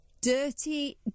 dirty